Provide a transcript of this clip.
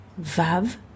vav